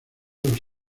los